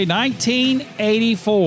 1984